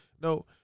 no